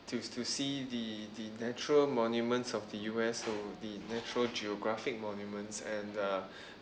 to to see the the natural monuments of the U_S so the natural geographic monuments and the